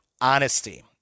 honesty